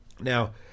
Now